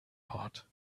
pot